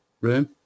room